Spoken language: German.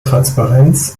transparenz